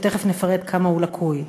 ותכף נפרט כמה הוא לקוי.